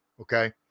okay